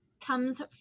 comes